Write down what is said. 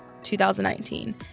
2019